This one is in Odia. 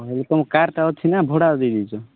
ଭାଇ ତୁମ କାର୍ଟା ଅଛି ନାଁ ଭଡ଼ା ଦେଇ ଦେଇଛ